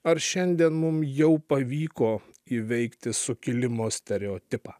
ar šiandien mum jau pavyko įveikti sukilimo stereotipą